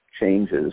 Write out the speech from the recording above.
changes